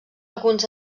alguns